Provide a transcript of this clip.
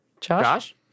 Josh